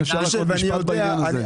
אם אפשר להגיד משפט בעניין הזה.